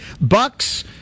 Bucks